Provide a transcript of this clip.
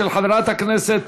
של חברת הכנסת